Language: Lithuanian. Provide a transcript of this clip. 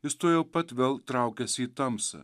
jis tuojau pat vėl traukiasi į tamsą